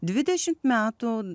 dvidešimt metų